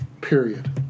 period